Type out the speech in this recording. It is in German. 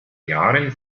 jahren